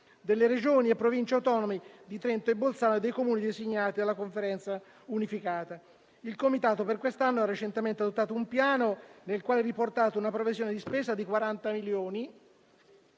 delle Regioni e Province autonome di Trento e Bolzano e dei Comuni designati dalla Conferenza unificata. Il comitato per quest'anno ha recentemente adottato un piano, nel quale è riportata una previsione di spesa di 40 milioni,